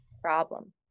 problem